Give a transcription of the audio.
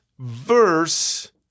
verse